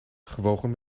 gewogen